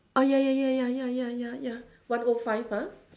oh ya ya ya ya ya ya ya ya one O five ah